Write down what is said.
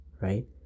right